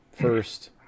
first